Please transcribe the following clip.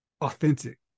authentic